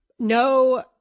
No